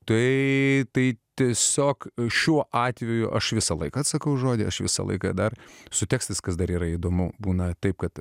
tai tiesiog šiuo atveju aš visą laiką atsakau už žodį aš visą laiką dar su tekstais kas dar yra įdomu būna taip kad